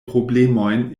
problemojn